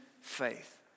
faith